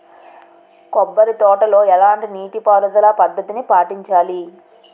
కొబ్బరి తోటలో ఎలాంటి నీటి పారుదల పద్ధతిని పాటించాలి?